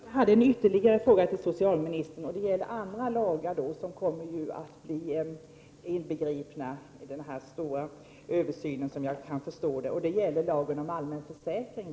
Herr talman! Jag hade ytterligare en fråga till socialministern, en fråga som avser de andra lagar som kommer att bli inbegripna i denna stora översyn. Det gäller främst lagen om allmän försäkring.